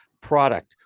product